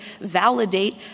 validate